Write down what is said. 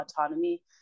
autonomy